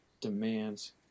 demands